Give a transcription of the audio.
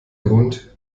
grund